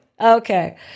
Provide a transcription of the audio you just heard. Okay